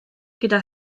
gyda